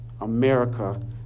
America